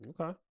Okay